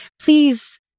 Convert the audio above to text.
please